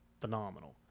phenomenal